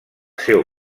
seu